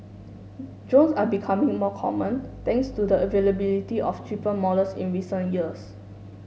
drones are becoming more common thanks to the availability of cheaper models in recent years